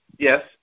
Yes